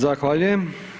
Zahvaljujem.